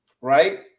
right